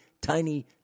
tiny